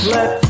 Let